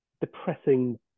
depressing